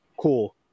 cool